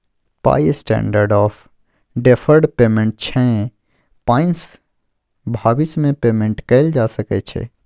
पाइ standard of deferred payment छै पाइसँ भबिस मे पेमेंट कएल जा सकै छै